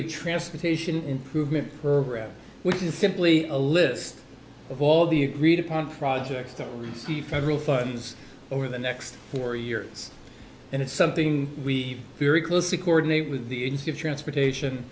a transportation improvement program which is simply a list of all the agreed upon projects to receive federal funds over the next four years and it's something we are very close to coordinate with the agency of transportation